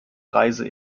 reise